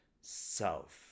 self